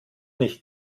nicht